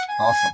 Awesome